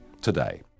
today